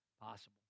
possible